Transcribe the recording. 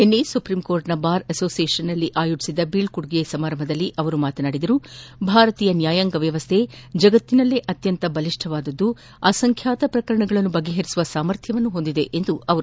ನಿನ್ನೆ ಸುಪ್ರೀಂಕೋರ್ಟ್ನ ಬಾರ್ ಅಶೋಶಿಯೇಷನ್ನಲ್ಲಿ ಆಯೋಜಿಸಿದ್ದ ಬೀಳ್ಳೊಡುಗೆ ಸಮಾರಂಭದಲ್ಲಿ ಅವರು ಮಾತನಾಡಿ ಭಾರತೀಯ ನ್ಯಾಯಾಂಗ ವ್ಯವಸ್ಥೆ ಜಗತ್ತಿನಲ್ಲೇ ಅತ್ಯಂತ ಬಲಿಷ್ಟವಾಗಿದ್ದು ಅಸಂಖ್ಯಾತ ಪ್ರಕರಣಗಳನ್ನು ಬಗೆಪರಿಸುವ ಸಾಮರ್ಥ್ನ ಹೊಂದಿದೆ ಎಂದರು